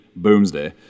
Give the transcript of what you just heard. Boomsday